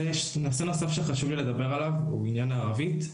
נושא נוסף שחשוב לי לדבר עליו הוא עניין הערבית.